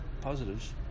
positives